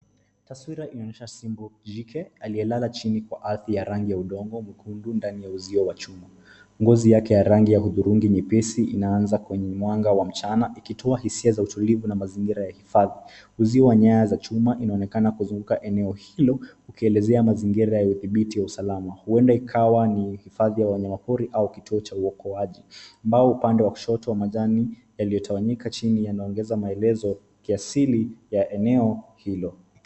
Taswira inaonyesha simba jike aliyealala chini kwa ardhi ya rangi ya udongo mwekundu ndani ya uzio wa chuma .Ngozi yake ya hudhurugi nyepesi inaanza kwenye mwanga wa mchana ukitoa hisia za utilivu na mazingira ya hifadhi. Uzio wa nyaya za stima inaonekana kuzuguka eneo hii ikielezea mazingira ya udhibiti wa usalama uenda ikawa ni hifadhi ya wanayama pori au kituo cha uokoaji nao upande wa kushoto wa majani yaliyotawanyika chini yanaongeza maelezo ya asili ya eneo hilo.